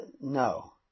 No